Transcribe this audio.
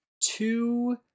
two